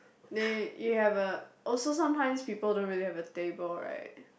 n~ you have a also sometimes people don't really have a table right